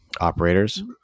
Operators